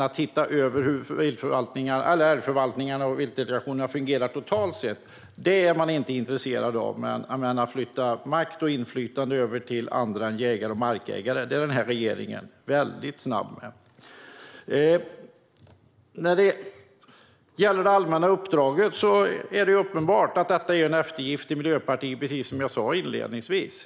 Att se över hur älgförvaltningen och viltdelegationerna fungerar totalt sett är man inte intresserad av, men att flytta över makt och inflytande till andra än jägare och markägare är denna regering väldigt snabb med. När det gäller det allmänna uppdraget är det uppenbart att det är en eftergift till Miljöpartiet, precis som jag sa inledningsvis.